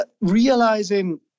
realizing